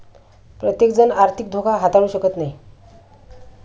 प्रत्येकजण आर्थिक धोका हाताळू शकत नाही